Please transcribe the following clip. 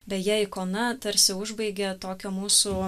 beje ikona tarsi užbaigė tokio mūsų